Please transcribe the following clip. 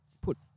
put